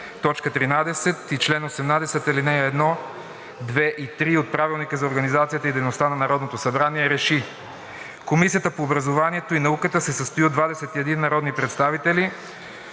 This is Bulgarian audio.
2, т. 13, чл. 18, ал. 1, 2 и 3 от Правилника за организацията и дейността на Народното събрание РЕШИ: 1. Комисията по образованието и науката се състои от 21 народни представители,